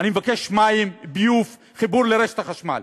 אני מבקש מים, ביוב, חיבור לרשת החשמל.